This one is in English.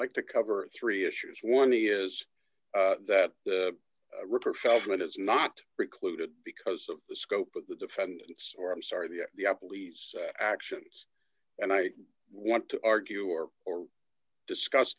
like to cover three issues one he is that the ripper feldman is not precluded because of the scope of the defendant's or i'm sorry the the up leads actions and i want to argue or or discuss